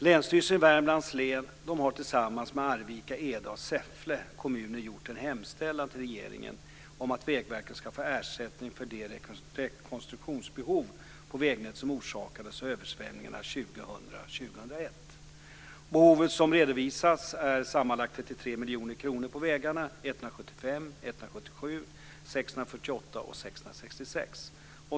Länsstyrelsen i Värmlands län har tillsammans med Arvika, Eda och Säffle kommuner gjort en hemställan till regeringen om att Vägverket ska få ersättning för det rekonstruktionsbehov på vägnätet som orsakades av översvämningarna 2000-2001. Behovet som redovisats är sammanlagt 33 miljoner kronor för vägarna 175, 177, 648 och 666.